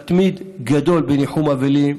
מתמיד גדול בניחום אבלים,